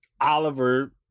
Oliver